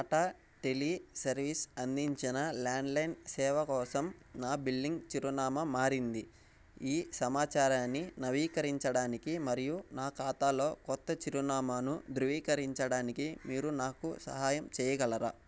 Tata tele services అందించిన landline సేవ కోసం నా బిల్లింగ్ చిరునామా మారింది ఈ సమాచారాన్ని నవీకరించడానికి మరియు నా ఖాతాలో కొత్త చిరునామాను ధృవీకరించడానికి మీరు నాకు సహాయం చేయగలరా